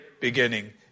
beginning